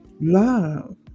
Love